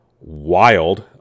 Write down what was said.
wild